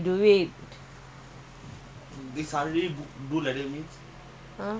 nothing happen to you but only three hundred fine !huh!